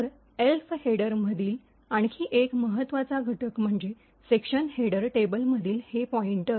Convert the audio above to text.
तर ELF header मधील आणखी एक महत्त्वाचा घटक म्हणजे सेक्शन हेडर टेबलमधील हे पॉईंटर